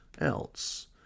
else